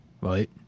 Right